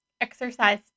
Exercise